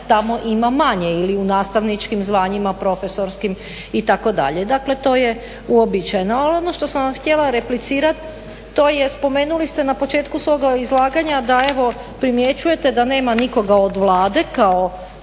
tamo ima manje ili u nastavničkim zvanjima, profesorskim itd. Dakle to je uobičajeno. Ali ono što sam vam htjela replicirat, to je spomenuli ste na početku svoga izlaganja da evo primjećujete da nema nikoga od Vlade koja